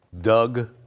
Doug